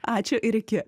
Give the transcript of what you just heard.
ačiū ir iki